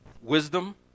Wisdom